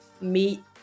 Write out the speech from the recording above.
meet